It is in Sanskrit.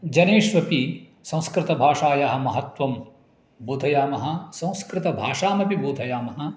जनेष्वपि संस्कृतभाषायाः महत्त्वं बोधयामः संस्कृतभाषामपि बोधयामः